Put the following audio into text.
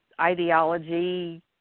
ideology